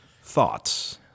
Thoughts